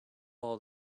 all